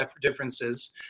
differences